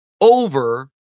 over